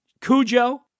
Cujo